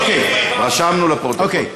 אוקיי, רשמנו לפרוטוקול.